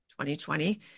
2020